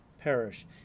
perish